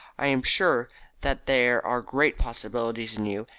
i am sure that there are great possibilities in you,